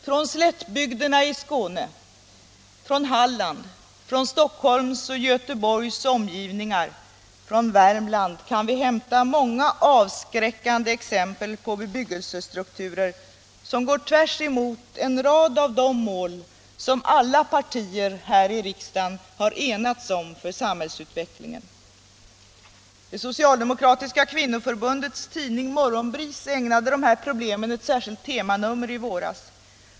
Från slättbygderna i Skåne, från Halland, från Stockholms och Göteborgs omgivningar, från Värmland kan vi hämta många avskräckande exempel på bebyggelsestrukturer som går tvärs emot en rad av de mål som alla partier enats om för samhällsutvecklingen. Det socialdemokratiska kvinnoförbundets tidning Morgonbris ägnade problemen ett särskilt temanummer i våras.